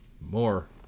More